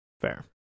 Fair